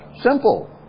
simple